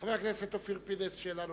חבר הכנסת אופיר פינס, שאלה נוספת.